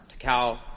Takao